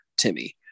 Timmy